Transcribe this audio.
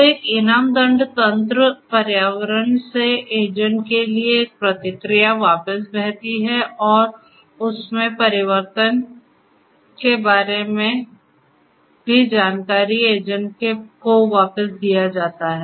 तो एक इनाम दंड तंत्र पर्यावरण से एजेंट के लिए एक प्रतिक्रिया वापस बहती है और उसमें परिवर्तन के बारे में भी जानकारी एजेंट को वापस दीया जाता है